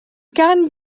gan